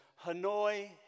Hanoi